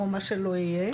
או מה שלא יהיה